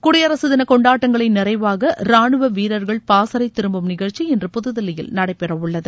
குடியரசு தின கொண்டாடங்களின் நிறைவாக ரானுவ வீரர்கள் பாசறை திரும்பும் நிகழ்ச்சி இன்று புதுதில்லியில் நடைபெறவுள்ளது